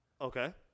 Okay